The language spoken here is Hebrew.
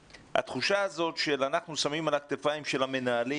התחושה הזו של אנחנו שמים על הכתפיים של המנהלים